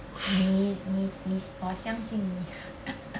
你你你我相信你